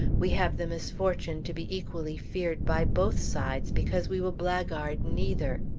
we have the misfortune to be equally feared by both sides, because we will blackguard neither.